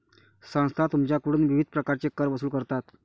संस्था तुमच्याकडून विविध प्रकारचे कर वसूल करतात